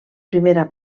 primera